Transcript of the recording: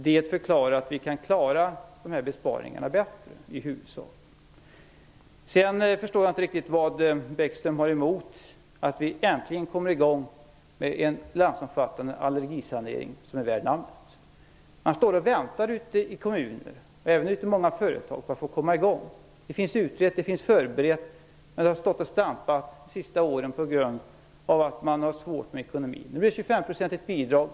På det sättet klarar vi besparingarna bättre. Sedan förstår jag inte riktigt vad Lars Bäckström har emot att vi äntligen kommer i gång med en landsomfattande allergisanering som är värd namnet. Kommuner och även många företag väntar på att få komma i gång. Behovet av åtgärder är utrett, insatser är förberedda, men det har stått och stampat de senaste åren på grund av att man har haft svårt med ekonomin. Nu blir det ett 25-procentigt bidrag.